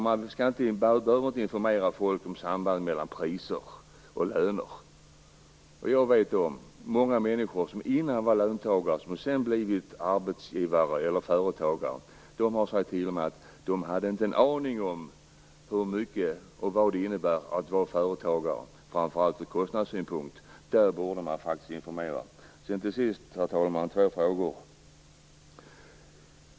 Man behöver inte informera folk om sambandet mellan priser och löner heter det. Jag vet många människor som varit löntagare och sedan blivit arbetsgivare eller företagare. T.o.m. de har sagt att de inte hade en aning om vad det innebär att vara företagare - framför allt ur kostnadssynpunkt. Det borde man faktiskt informera om. Till sist, herr talman, har jag två frågor.